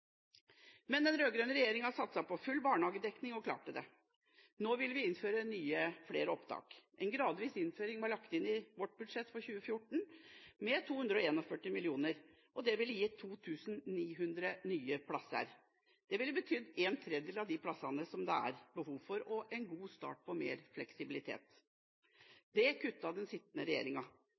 Men den rød-grønne regjeringa satset på full barnehagedekning og klarte det. Nå ville vi innføre flere opptak. En gradvis innføring var lagt inn i vårt budsjett for 2014 med 241 mill. kr. Det ville gitt 2 900 nye plasser – en tredjedel av de plassene som det er behov for – og en god start på mer fleksibilitet. Det kuttet den sittende regjeringa.